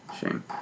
Shame